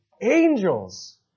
angels